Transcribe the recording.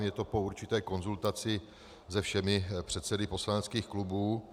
Je to po určité konzultaci se všemi předsedy poslaneckých klubů.